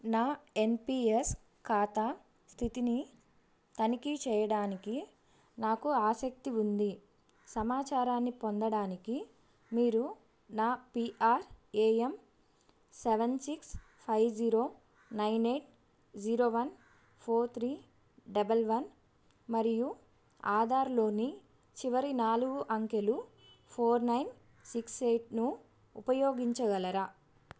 నా N P S ఖాతా స్థితిని తనిఖీ చేయడానికి నాకు ఆసక్తి ఉంది సమాచారాన్ని పొందడానికి మీరు నా P R A M seven six five zero nine eight zero one four three double one మరియు ఆధార్లోని చివరి నాలుగు అంకెలు ఫోర్ నైన్ సిక్స్ ఎయిట్ ను ఉపయోగించగలరా